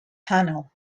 tunnel